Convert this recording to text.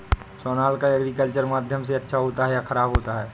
Sonalika agriculture माध्यम से अच्छा होता है या ख़राब होता है?